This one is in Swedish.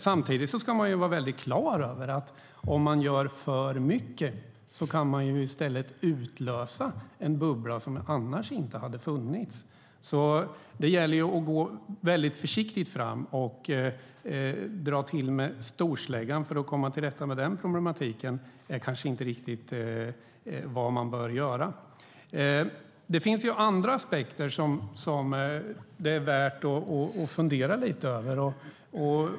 Samtidigt ska man vara väldigt klar över att om man gör för mycket kan man i stället utlösa en bubbla som annars inte hade funnits. Det gäller ju att gå väldigt försiktigt fram. Att dra till med storsläggan för att komma till rätta med den problematiken är kanske inte riktigt vad man bör göra. Det finns andra aspekter som det är värt att fundera lite över.